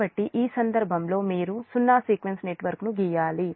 కాబట్టి ఈ సందర్భంలో మీరు సున్నా సీక్వెన్స్ నెట్వర్క్ను గీయాలి